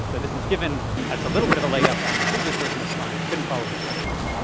so this has given us a little bit of a leg up on the previous version of spaun, which couldn't follow instructions.